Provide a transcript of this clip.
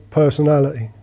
personality